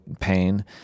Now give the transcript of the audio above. pain